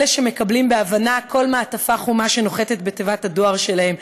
אלה שמקבלים בהבנה כל מעטפה חומה שנוחתת בתיבת הדואר שלהם,